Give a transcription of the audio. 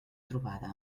trobada